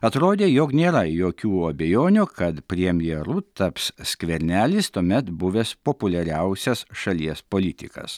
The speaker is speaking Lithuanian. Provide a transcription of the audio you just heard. atrodė jog nėra jokių abejonių kad premjeru taps skvernelis tuomet buvęs populiariausias šalies politikas